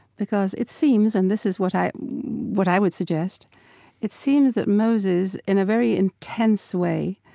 because it seems and this is what i what i would suggest it seems that moses, in a very intense way,